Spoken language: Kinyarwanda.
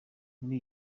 muri